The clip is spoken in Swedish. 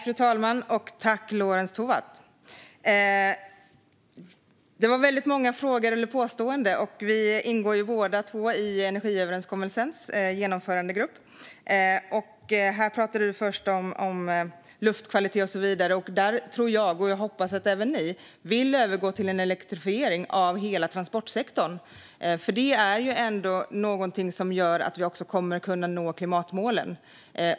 Fru talman! Jag tackar Lorentz Tovatt. Det var många frågor och påståenden. Vi ingår båda i energiöverenskommelsens genomförandegrupp. Du talade först om luftkvalitet, och jag tror och hoppas att även ni vill övergå till en elektrifiering av hela transportsektorn så att vi kan nå klimatmålen.